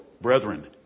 brethren